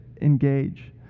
engage